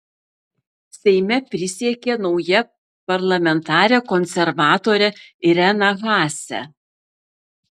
seime prisiekė nauja parlamentarė konservatorė irena haase